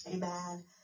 Amen